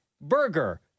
burger